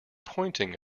pointing